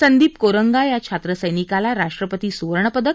संदीप कोरंगा या छात्रसैनिकाला राष्ट्रपती सुवर्णपदक